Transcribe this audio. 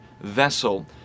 vessel